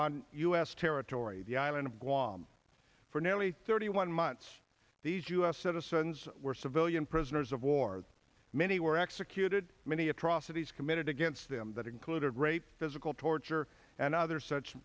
on us territory the island of guam for nearly thirty one months these us citizens were civilian prisoners of war many were executed many atrocities committed against them that included rape physical torture and other such